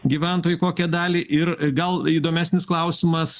gyventojui kokią dalį ir gal įdomesnis klausimas